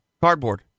Cardboard